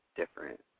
different